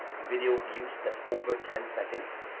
video views that's over ten seconds.